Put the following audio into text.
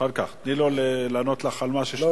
אחר כך, תני לו לענות לך על מה ששאלת.